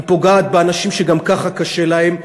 היא פוגעת באנשים שגם ככה קשה להם,